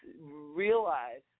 realize